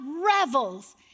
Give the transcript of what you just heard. revels